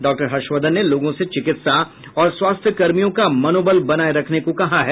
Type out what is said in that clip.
doctor Harshvardhan ने लोगों से चिकित्सा और स्वास्थ्य कर्मियों का मनोबल बनाए रखने को कहा है